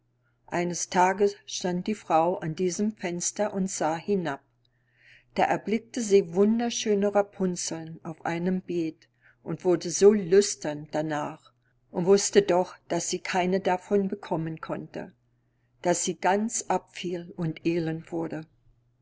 eines tages stand die frau an diesem fenster und sah hinab da erblickte sie wunderschöne rapunzeln auf einem beet und wurde so lüstern darnach und wußte doch daß sie keine davon bekommen konnte daß sie ganz abfiel und elend wurde